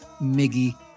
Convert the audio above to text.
Miggy